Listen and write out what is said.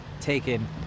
taken